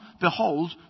Behold